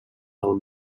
del